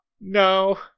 No